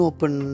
Open